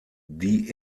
die